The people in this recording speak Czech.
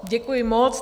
Děkuji moc.